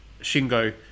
Shingo